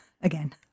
Again